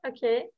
Okay